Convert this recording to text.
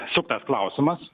suktas klausimas